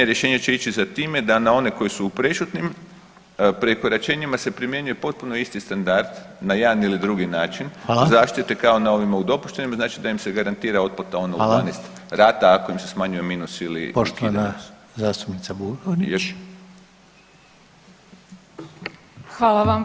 Rješenje će ići za time da na one koji su u prešutnim prekoračenjima se primjenjuje potpuno isti standard na jedan ili drugi način zaštite kao na ovima u dopuštenim, znači da im se garantira otplata ono u 12 rata ako im se smanjuje minus ili ukida minus.